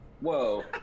Whoa